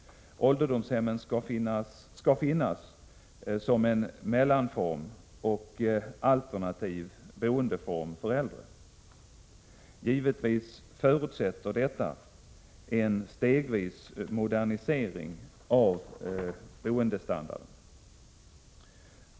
Ålderdomshemmen skall finnas som en mellanform och alternativ boendeform för äldre. Givetvis förutsätter detta en stegvis modernisering av boendestandarden.